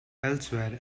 elsewhere